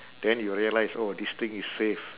then you will realise oh this thing is safe